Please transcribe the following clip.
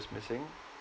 was missing